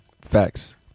Facts